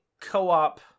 co-op